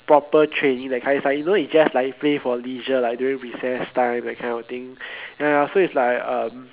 proper training that kind is like you know you just like play for leisure like during recess time that kind of thing ya ya so it's like um